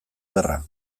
gerra